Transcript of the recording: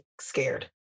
scared